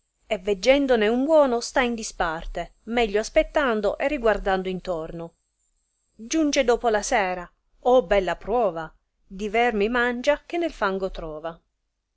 e veggendone un buono sta in disparte meglio aspettando e riguardando intorno giunge dopo la sera o bella pruova di vermi mangia che nel fango trova